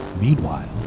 Meanwhile